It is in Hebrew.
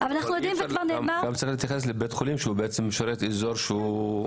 גם צריך להתייחס לבית חולים שמשרת אזור גדול.